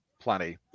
plenty